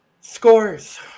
Scores